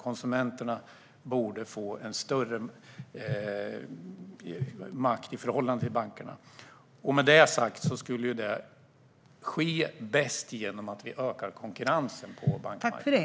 Konsumenterna borde få en större makt i förhållande till bankerna. Det skulle ske bäst genom att vi ökar konkurrensen på bankmarknaden.